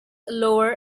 lower